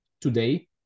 today